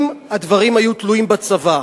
אם הדברים היו תלויים בצבא,